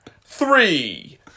three